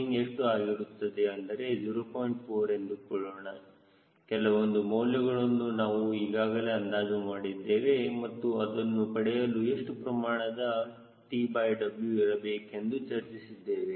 4 ಎಂದುಕೊಳ್ಳೋಣ ಕೆಲವೊಂದು ಮೌಲ್ಯಗಳನ್ನು ನಾವು ಈಗಾಗಲೇ ಅಂದಾಜು ಮಾಡಿದ್ದೇವೆ ಮತ್ತು ಅದನ್ನು ಪಡೆಯಲು ಎಷ್ಟು ಪ್ರಮಾಣದ TW ಇರಬೇಕೆಂದು ಚರ್ಚಿಸಿದ್ದೇವೆ